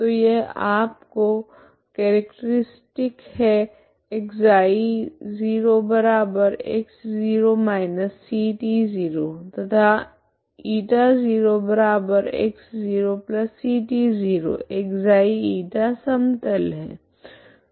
तो यह आपका केरेक्टरिस्टिक है ξ0x0−ct0 तथा η0x0ct0 ξ η समतल है